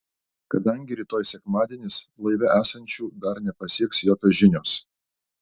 kadangi rytoj sekmadienis laive esančių dar nepasieks jokios žinios